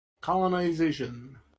Colonization